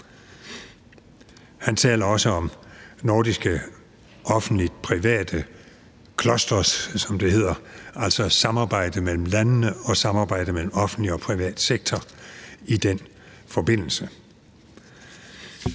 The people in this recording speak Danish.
Han taler også om nordiske offentlig-private clusters, som det hedder, altså samarbejde mellem landene og samarbejde mellem den offentlige og private sektor i den forbindelse.